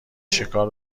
شکار